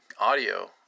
audio